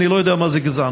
אני לא יודע מה זו גזענות.